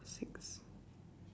six